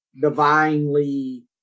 divinely